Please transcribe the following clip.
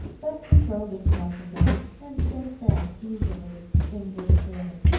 but controlled himself again and sank back easily in his chair.